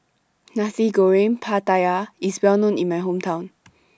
Nasi Goreng Pattaya IS Well known in My Hometown